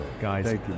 Guys